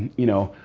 you know,